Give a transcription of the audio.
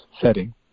setting